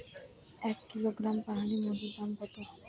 এক কিলোগ্রাম পাহাড়ী মধুর দাম কত?